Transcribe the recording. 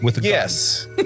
Yes